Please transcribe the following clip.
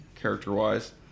character-wise